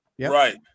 Right